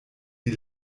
die